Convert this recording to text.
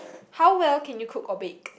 how well can you cook or bake